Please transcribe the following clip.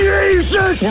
Jesus